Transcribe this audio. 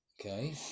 Okay